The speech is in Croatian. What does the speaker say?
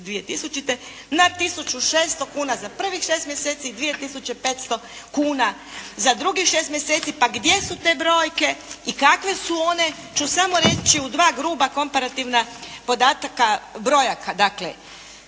600 kuna za prvih 6 mjeseci i 2 tisuće 500 kuna za drugih 6 mjeseci. Pa gdje su te brojke i kakve su one ću samo reći u dva gruba komparativna podatka brojaka. Dakle,